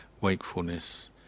wakefulness